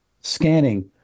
scanning